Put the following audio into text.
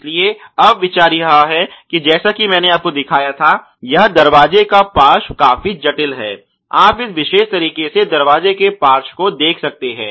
इसलिए अब यह विचार यह है कि जैसा कि मैंने आपको दिखाया था यह दरवाजे का पार्श्व काफी जटिल है आप इस विशेष तरीके से दरवाजे के पार्श्व को देख सकते हैं